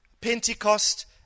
Pentecost